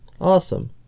Awesome